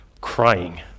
crying